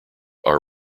are